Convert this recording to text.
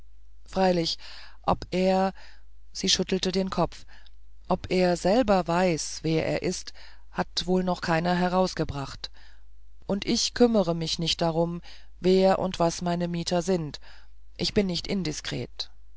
freilich ob er sie schüttelte den kopf ob er selber weiß wer er ist hat wohl noch keiner herausgebracht und ich kümmere mich nicht darum wer und was meine mieter sind ich bin nicht indiskret